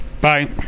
Bye